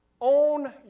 Own